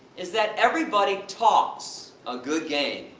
is that everybody talks a good game.